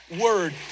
word